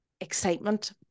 excitement